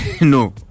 No